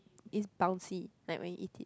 is bouncy like when you eat it